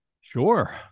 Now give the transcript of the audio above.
Sure